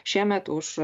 šiemet už